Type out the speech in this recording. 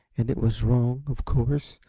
and it was wrong, of course,